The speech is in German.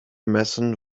messen